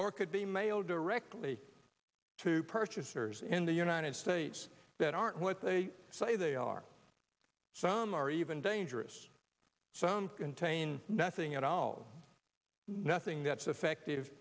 or could be mailed directly to purchasers in the united states that aren't what they say they are some are even dangerous some contain nothing at all nothing that's effective